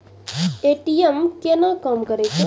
ATM केना काम करै छै?